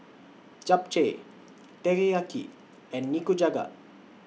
Japchae Teriyaki and Nikujaga